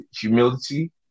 humility